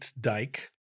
dike